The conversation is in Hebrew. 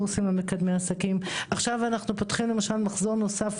השנה נפתח מחזור נוסף